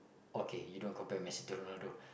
okay you don't compare Messi to Ronaldo